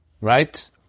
Right